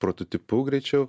prototipu greičiau